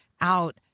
out